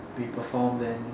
we perform then